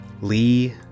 Lee